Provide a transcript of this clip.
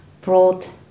brought